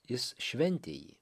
jis šventė jį